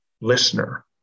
listener